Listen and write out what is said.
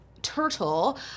Turtle